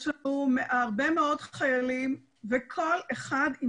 יש לנו הרבה מאוד חיילים וכל אחד עם